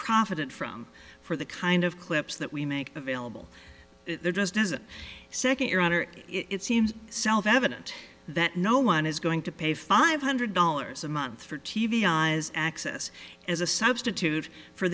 profited from for the kind of clips that we make available there just as a second it seems self evident that no one is going to pay five hundred dollars a month for t v eyes access as a substitute for